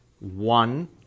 One